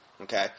okay